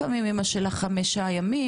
לפעמים אמא שלה חמישה ימים,